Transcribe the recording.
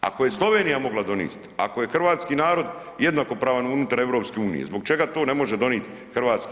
Ako je Slovenija mogla donist, ako je hrvatski narod jednokopravan unutar EU, zbog čega to ne može donit HS?